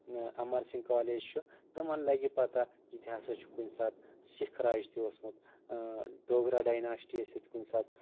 امرسنٛگھ college چھُ تِمن لگہِ یہِ پتہ یتہِ ہسا چھُ کُنہِ ساتہٕ سکھ راج تہِ اوسمُت ڈوگرا ڈایناشٹی ٲسۍ ییٚتہِ کُنہِ ساتہٕ